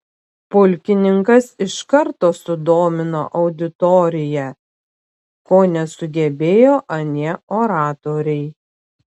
pulkininkas iš karto sudomino auditoriją ko nesugebėjo anie oratoriai